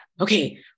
okay